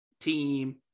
team